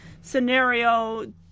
scenario